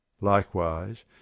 Likewise